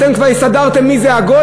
אתם כבר הסתדרתם, מי זה הגוי?